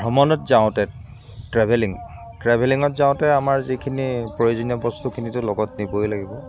ভ্ৰমণত যাওঁতে ট্ৰেভেলিং ট্ৰেভেলিঙত যাওঁতে আমাৰ যিখিনি প্ৰয়োজনীয় বস্তুখিনিটো লগত নিবৈ লাগিব